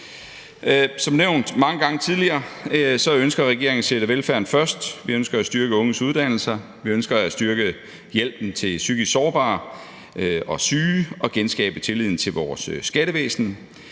Som nævnt mange gange tidligere ønsker regeringen at sætte velfærden først. Vi ønsker at styrke unges uddannelser. Vi ønsker at styrke hjælpen til psykisk sårbare og syge og at genskabe tilliden til vores skattevæsen.